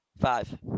Five